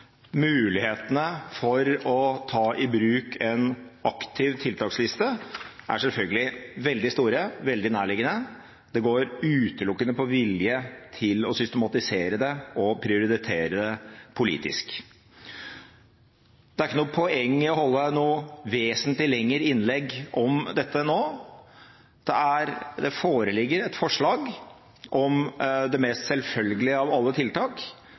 Mulighetene for å ta i bruk en aktiv tiltaksliste er selvfølgelig veldig store og veldig nærliggende, og det går utelukkende på vilje til å systematisere det og prioritere det politisk. Det er ikke noe poeng i å holde et noe vesentlig lengre innlegg om dette nå. Det foreligger et forslag om det mest selvfølgelige tiltak av alle,